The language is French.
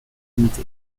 comité